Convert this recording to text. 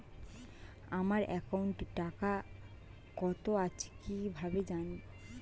আমার একাউন্টে টাকা কত আছে কি ভাবে জানবো?